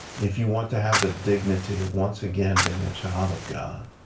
if you want to have the dignity of once again being a child of god,